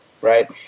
right